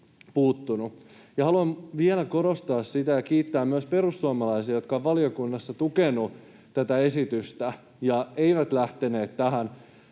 haluan vielä korostaa sitä, että haluan kiittää myös perussuomalaisia, jotka ovat valiokunnassa tukeneet tätä esitystä eivätkä lähteneet tähän